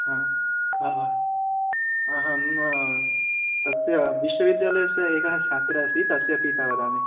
हा का भा अहम् अस्य विश्वविद्यालयस्य एकः छात्रः अस्ति तस्य पिता वदामि